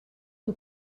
que